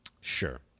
Sure